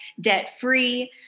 debt-free